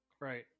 Right